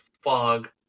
Fog